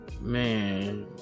Man